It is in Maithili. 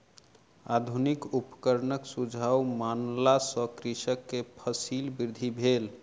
आधुनिक उपकरणक सुझाव मानला सॅ कृषक के फसील वृद्धि भेल